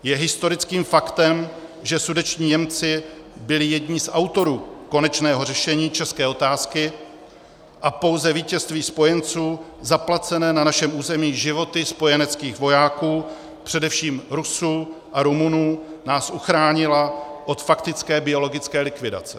Je historickým faktem, že sudetští Němci byli jedni z autorů konečného řešení české otázky a pouze vítězství spojenců, zaplacené na našem území životy spojeneckých vojáků, především Rusů a Rumunů, nás uchránila od faktické biologické likvidace.